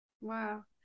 Wow